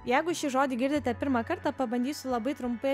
jeigu šį žodį girdite pirmą kartą pabandysiu labai trumpai